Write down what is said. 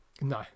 No